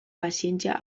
pazientzia